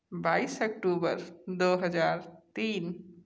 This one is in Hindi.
बाईस अक्टूबर दो हजार तीन